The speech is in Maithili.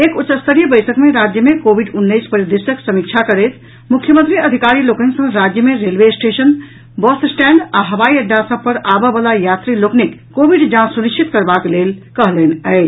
एक उच्चस्तरीय बैसक मे राज्य मे कोविड उन्नैस परिदृश्यक समीक्षा करैत मुख्यमंत्री अधिकारी लोकनि सँ राज्य मे रेलवे स्टेशन बस स्टैंड आ हवाई अड्डा सभ पर आबऽ बला यात्री लोकनिक कोविड जांच सुनिश्चित करबाक लेल कहलनि अछि